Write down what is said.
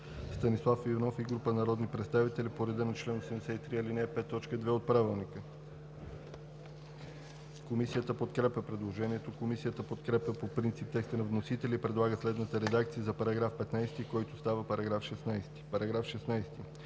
Станислав Иванов и група народни представители по реда на чл. 83, ал. 5, т. 2 от Правилника. Комисията подкрепя предложението. Комисията подкрепя по принцип текста на вносителя и предлага следната редакция за § 27, който става § 28: „§ 28.